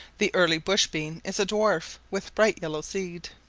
the early bush-bean is a dwarf, with bright yellow seed.